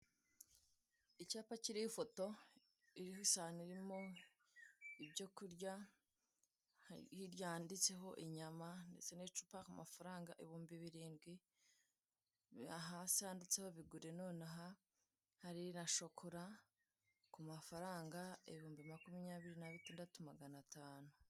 Icyapa kiriho ifoto iriho isahani irimo ibyo kurya. Hirya handitseho inyama ndetse n'icupa ku mafaranga ibihumbi birindwi. Hasi handitseho bigure nonaha, hari na shokora ku mafaranga ibihumbi makumyabiri na bitandatu magana atanu.